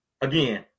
again